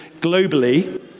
globally